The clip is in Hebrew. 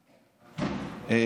אה?